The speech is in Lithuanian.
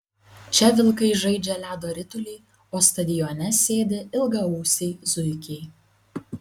čia vilkai žaidžia ledo ritulį o stadione sėdi ilgaausiai zuikiai